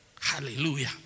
Hallelujah